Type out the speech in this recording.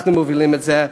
אנחנו מובילים את זה,